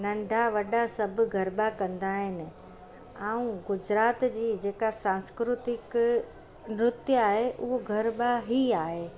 नंढा वॾा सभु गरबा कंदा आहिनि ऐं गुजरात जी जेका सांस्कृतिक नृत्य आहे उहो गरबा ई आहे